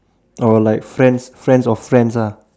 oh like friends friends of friends ah